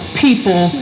people